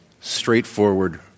straightforward